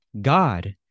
God